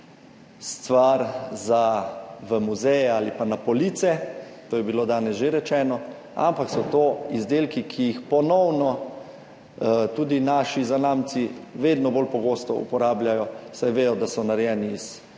stvar za v muzeje ali pa na police, to je bilo danes že rečeno, ampak so to izdelki, ki jih ponovno tudi naši zanamci vedno bolj pogosto uporabljajo, saj vedo, da so narejeni iz